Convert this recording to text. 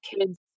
kids